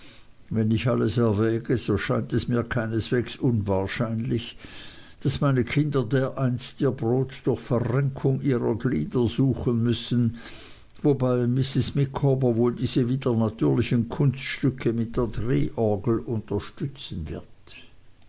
wenn ich alles erwäge so scheint es mir keineswegs unwahrscheinlich daß meine kinder dereinst ihr brot durch verrenkung ihrer glieder suchen müssen wobei mrs micawber wohl diese widernatürlichen kunststücke mit der drehorgel unterstützen wird